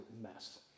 mess